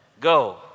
go